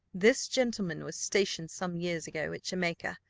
this gentleman was stationed some years ago at jamaica,